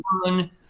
one